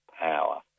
power